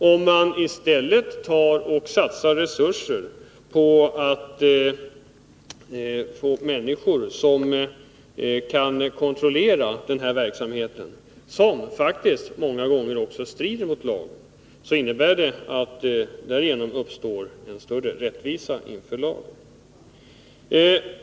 Om man i stället satsar resurser på att få tjänstemän som kan kontrollera den här verksamheten, som många gånger faktiskt strider mot lagen, får vi större rättvisa i det hänseendet.